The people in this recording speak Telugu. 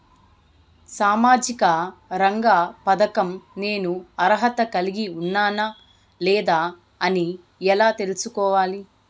సామాజిక రంగ పథకం నేను అర్హత కలిగి ఉన్నానా లేదా అని ఎలా తెల్సుకోవాలి?